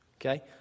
Okay